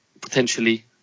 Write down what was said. potentially